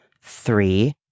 Three